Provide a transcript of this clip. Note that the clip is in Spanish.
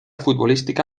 futbolística